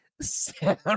sound